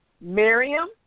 Miriam